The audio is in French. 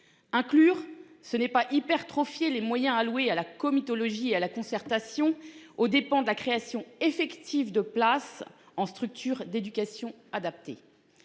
Inclure ce n'est pas hypertrophiée les moyens alloués à la comitologie et à la concertation au dépens de la création effective de places en structure d'éducation adaptée.